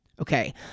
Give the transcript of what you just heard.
Okay